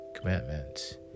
commandments